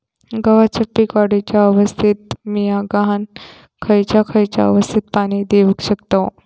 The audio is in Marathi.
गव्हाच्या पीक वाढीच्या अवस्थेत मिया गव्हाक खैयचा खैयचा अवस्थेत पाणी देउक शकताव?